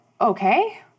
okay